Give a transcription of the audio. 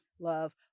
love